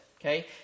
okay